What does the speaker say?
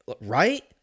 right